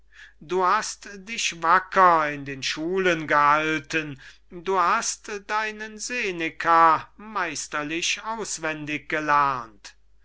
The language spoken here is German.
du hast dich wacker in den schulen gehalten du hast deinen seneka meisterlich auswendig gelernt